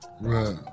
Right